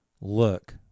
look